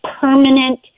permanent